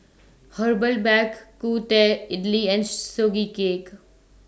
Herbal Bak Ku Teh Idly and Sugee Cake